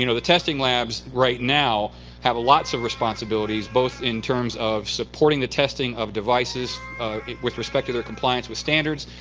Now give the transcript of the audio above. you know the testing labs right now have lots of responsibilities, both in terms of supporting the testing of devices with respect to their compliance with standards,